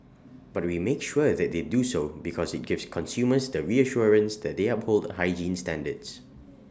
but we make sure that they do so because IT gives consumers the reassurance that they uphold hygiene standards